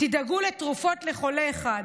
תדאגו לתרופות לחולה אחד,